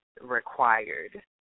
required